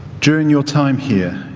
during your time here,